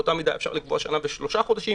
באותה מידה אפשר לקבוע שנה ושלושה חודשים.